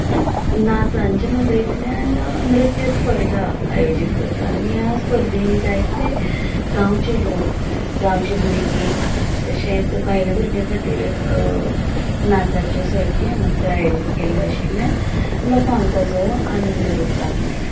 नाचांच्या नदरेंतल्यान नृत्य स्पर्धा आयोजीत करता आनी ह्या स्पर्धेनीं जायते गांवचे लोक गांवचीं भुरगीं तशेंच भायल्या भुरग्यां खातीर नाचाच्यो सर्ती हांगासर आयोजीत केल्ल्यो आशिल्ल्यान लोकांक ताचो आनंद लुटपाक मेळटा